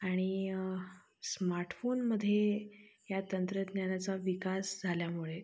आणि स्मार्टफोनमध्ये या तंत्रज्ञानाचा विकास झाल्यामुळे